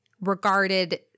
regarded